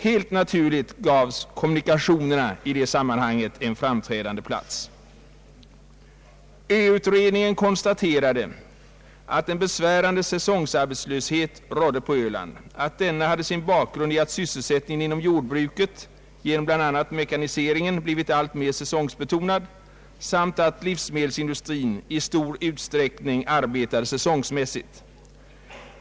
Helt naturligt gavs kommunikationerna i det sammanhanget en framträdande plats. Ö-utredningen konstaterade att en besvärande säsongarbetslöshet rådde på Öland, att denna hade sin bakgrund i att sysselsättningen inom jordbruket genom bland annat mekaniseringen blivit alltmer säsongbetonad samt att livsmedelsindustrin i stor utsträckning arbetade säsongmässigt.